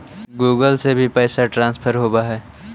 Google से भी पैसा ट्रांसफर होवहै?